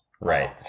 right